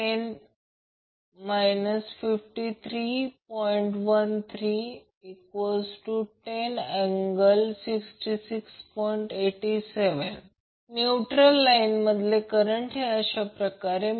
तर Ia हाच current येथे वाहतो Ia VAN अँगल 0° हा VAN आहे आणि हा एक नवीन छोटा n समान गोष्ट आहे म्हणजे याचा अर्थ एकच आहे